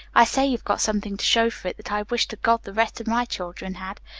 i say you've got something to show for it that i wish to god the rest of my children had.